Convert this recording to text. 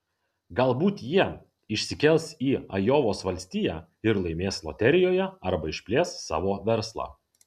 galbūt jie išsikels į ajovos valstiją ir laimės loterijoje arba išplės savo verslą